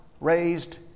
raised